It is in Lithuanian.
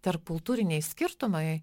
tarpkultūriniai skirtumai